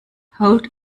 hold